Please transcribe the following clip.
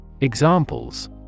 Examples